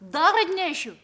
dar atnešiu